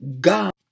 God